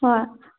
ꯍꯣꯏ